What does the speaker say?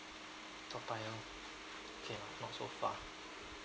toa payoh okay lah no so far